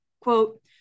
Quote